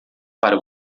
para